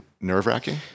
nerve-wracking